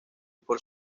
por